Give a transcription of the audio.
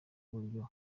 uburyo